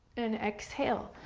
and exhale,